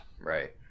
Right